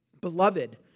Beloved